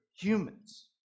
humans